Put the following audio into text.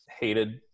hated